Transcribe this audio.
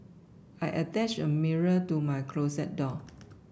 I attached a mirror to my closet door